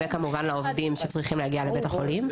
וכמובן העובדים שצריכים להגיע לבית החולים.